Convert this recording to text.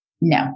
no